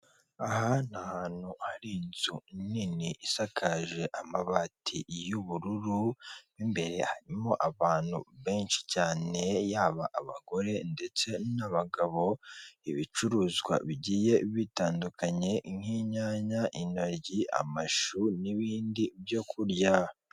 Aha ni ahantu hari inzu nini isakaje amabati y'ubururu n'imbere harimo abantu benshi cyane yaba abagore ndetse n'abagabo ibicuruzwa bigiye bitandukanye nk'inyanya ingagi amashu n'ibindi byo kurya.